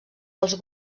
pels